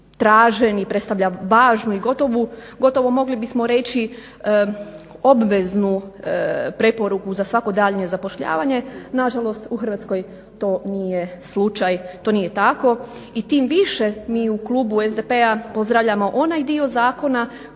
tražen i predstavlja važnu i gotovo mogli bismo reći obveznu preporuku za svako daljnje zapošljavanje. Nažalost u Hrvatskoj to nije slučaj, to nije tako i tim više mi u Klubu SDP-a pozdravljamo onaj dio zakona